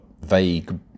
vague